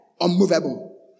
unmovable